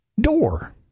door